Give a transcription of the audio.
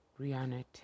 Brianna